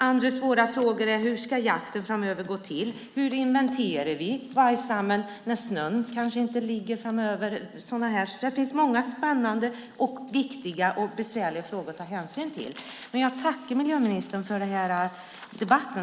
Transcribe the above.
Andra svåra frågor är: Hur ska jakten framöver gå till? Hur inventerar vi vargstammen när snön kanske inte ligger kvar? Det finns alltså många spännande, viktiga och besvärliga frågor att ta hänsyn till. Jag tackar miljöministern för debatten.